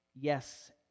yes